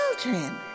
children